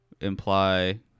imply